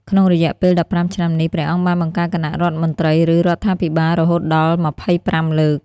ក្នុងរយៈពេល ១៥ ឆ្នាំនេះ ព្រះអង្គបានបង្កើតគណៈរដ្ឋមន្ត្រី ឬរដ្ឋាភិបាលរហូតដល់ ២៥ លើក។